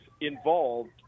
involved